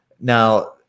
Now